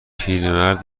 پیرمرد